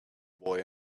boy